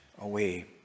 away